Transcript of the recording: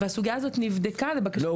הסוגיה הזאת נבדקה לבקשת --- לא,